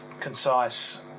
concise